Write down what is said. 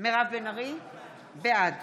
מירב בן ארי, בעד